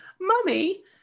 mummy